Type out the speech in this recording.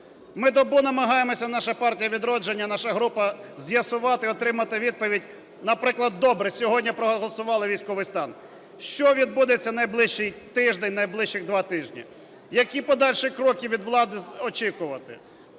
Ми добу намагаємося, наша "Партія "Відродження", наша група, з'ясувати і отримати відповідь, наприклад, добре, сьогодні проголосували військовий стан – що відбудеться в найближчий тиждень, найближчі два тижні, які подальші кроки від влади очікувати?